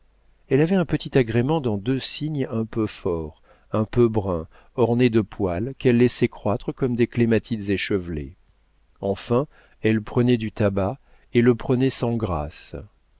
elle avait un petit agrément dans deux signes un peu forts un peu bruns ornés de poils qu'elle laissait croître comme des clématites échevelées enfin elle prenait du tabac et le prenait sans grâce